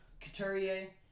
Couturier